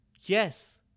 Yes